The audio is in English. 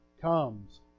comes